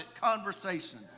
conversation